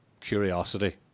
curiosity